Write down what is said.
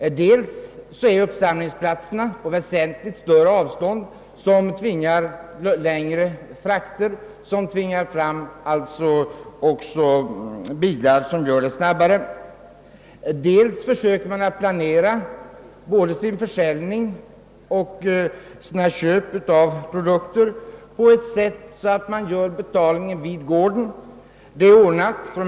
För det första ligger uppsamlingsplatserna nu på längre avstånd än tidigare. Detta framtvingar användning av bilar, med vilkas hjälp transporterna kan ske snabbare. För det andra försöker man planera både försäljningen och inköpen på ett sådant sätt att hämtning och leverans sker vid gården.